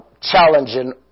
challenging